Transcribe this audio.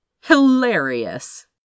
Hilarious